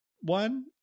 one